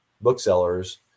booksellers